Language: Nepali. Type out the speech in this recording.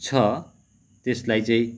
छ त्यसलाई चाहिँ